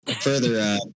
further